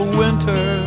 winter